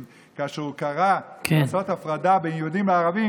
כאשר הוא קרא לעשות הפרדה בין יהודים לערבים,